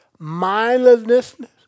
mindlessness